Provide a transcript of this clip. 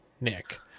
Nick